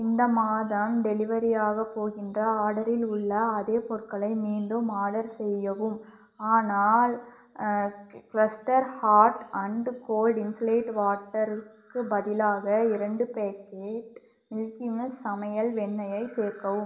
இந்த மாதம் டெலிவரியாகப் போகின்ற ஆர்டரில் உள்ள அதே பொருட்களை மீண்டும் ஆர்டர் செய்யவும் ஆனால் Crester hot and cold insulate வாட்டர்க்கு பதிலாக இரண்டு பேக்கேட் மில்கி மிஸ்ட் சமையல் வெண்ணெய்யை சேர்க்கவும்